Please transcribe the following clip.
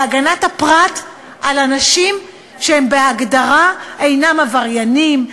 והגנת צנעת הפרט על אנשים שהם בהגדרה אינם עבריינים,